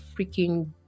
freaking